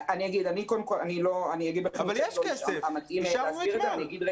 יש כסף, אישרנו אתמול.